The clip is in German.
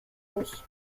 muss